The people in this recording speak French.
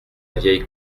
vieille